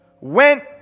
went